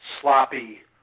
sloppy